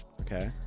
Okay